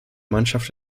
mannschaft